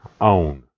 own